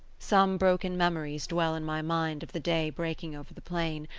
some broken memories dwell in my mind of the day breaking over the plain,